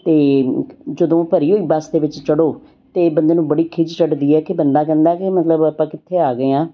ਅਤੇ ਜਦੋਂ ਭਰੀ ਹੋਈ ਬੱਸ ਦੇ ਵਿੱਚ ਚੜ੍ਹੋ ਤਾਂ ਬੰਦੇ ਨੂੰ ਬੜੀ ਖਿਝ ਚੜ੍ਹਦੀ ਹੈ ਕਿ ਬੰਦਾ ਕਹਿੰਦਾ ਕਿ ਮਤਲਬ ਆਪਾਂ ਕਿੱਥੇ ਆ ਗਏ ਹਾਂ